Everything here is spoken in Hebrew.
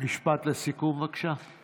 משפט לסיכום, בבקשה.